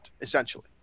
essentially